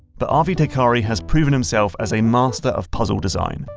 but arvi teikari has proven himself as a master of puzzle design.